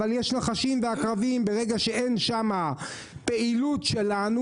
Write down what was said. אבל יש נחשים ועקרבים; ברגע שאין שם פעילות שלנו,